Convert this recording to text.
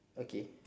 okay